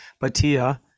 Batia